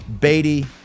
Beatty